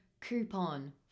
coupon